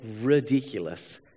ridiculous